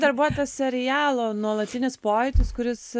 dar buvo tas serialo nuolatinis pojūtis kuris